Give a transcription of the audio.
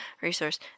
resource